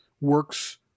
works